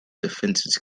defenses